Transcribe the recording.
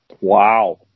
Wow